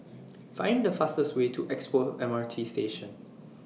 Find The fastest Way to Expo M R T Station